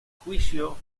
juicio